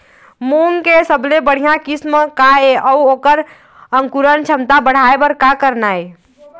मूंग के सबले बढ़िया किस्म का ये अऊ ओकर अंकुरण क्षमता बढ़ाये बर का करना ये?